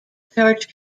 charge